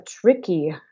tricky